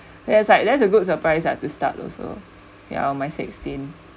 that was like ya there's a good surprise ah to start also ya on my sixteen